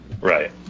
Right